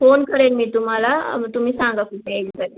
phone करेन मी तुम्हाला मग तुम्ही सांगा कुठे यायचं आहे ते